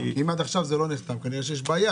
אם עד עכשיו הם לא נחתמו אז כנראה יש בעיה.